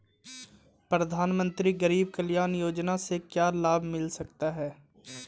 प्रधानमंत्री गरीब कल्याण योजना से क्या लाभ मिल सकता है?